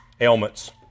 ailments